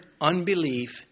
unbelief